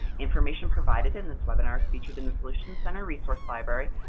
information provided in this webinar is featured in the solutions center resource library,